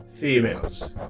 females